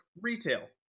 retail